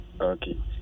okay